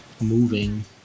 moving